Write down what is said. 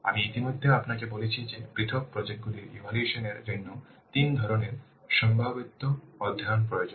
আমি ইতিমধ্যে আপনাকে বলেছি যে পৃথক প্রজেক্ট গুলির ইভ্যালুয়েশন এর জন্য তিন ধরণের সম্ভাব্যতা অধ্যয়ন প্রয়োজন